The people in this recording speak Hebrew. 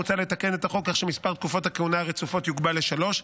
מוצע לתקן את החוק כך שמספר תקופות הכהונה הרצופות יוגבל לשלוש,